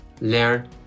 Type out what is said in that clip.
learn